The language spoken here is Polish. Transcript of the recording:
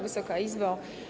Wysoka Izbo!